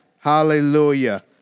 Hallelujah